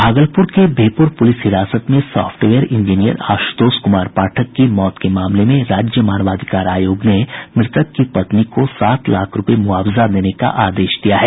भागलपुर के बिहपुर पुलिस हिरासत में सॉफ्टवेयर इंजीनियर आशुतोष कुमार पाठक की मौत के मामले में राज्य मानवाधिकार आयोग ने मृतक की पत्नी को सात लाख रूपये मुआवजा देने का आदेश दिया है